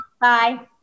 Bye